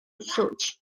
source